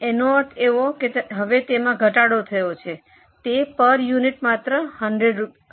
તેનો અર્થ હવે તેમે ઘટાડો થયો છે તે પર યુનિટ માત્ર 100 રૂપિયા છે